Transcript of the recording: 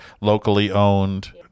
locally-owned